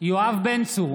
יואב בן צור,